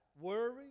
worry